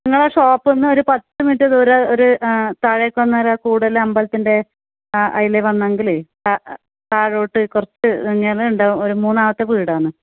നിങ്ങളെ ഷോപ്പിൽ നിന്ന് ഒരു പത്ത് മിനിറ്റ് ദൂരം ഒരു താഴേക്ക് വന്നാൾ കൂടൽ അമ്പലത്തിൻ്റെ അതിലെ വന്നെങ്കിൽ താഴോട്ട് കുറച്ച് ഉണ്ടാവും ഒരു മൂന്നാമത്തെ വീടാണ്